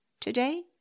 Today